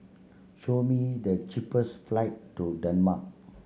show me the cheapest flight to Denmark